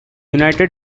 united